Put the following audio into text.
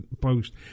post